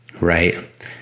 Right